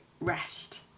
rest